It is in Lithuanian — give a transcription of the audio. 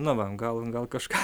nu va gal kažką